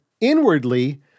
inwardly